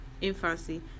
infancy